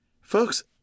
folks